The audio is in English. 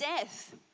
death